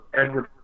Edward